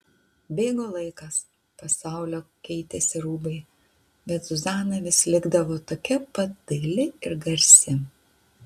bėgo laikas pasaulio keitėsi rūbai bet zuzana vis likdavo tokia pat daili ir garsi